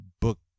book